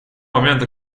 момента